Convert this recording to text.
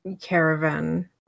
caravan